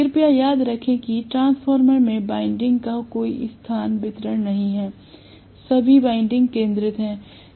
कृपया याद रखें कि ट्रांसफार्मर में वाइंडिंग का कोई स्थान वितरण नहीं है सभी वाइंडिंग केंद्रित थे